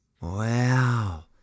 Wow